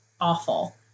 awful